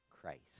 Christ